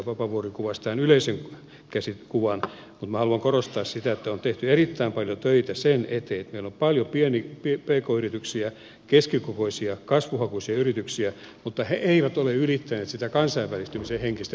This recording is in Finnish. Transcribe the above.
vapaavuori kuvasi tämän yleisen kuvan mutta minä haluan korostaa sitä että on tehty erittäin paljon töitä sen eteen että meillä on paljon pk yrityksiä keskikokoisia kasvuhakuisia yrityksiä mutta ne eivät ole ylittäneet sitä kansainvälistymisen henkistä kynnystä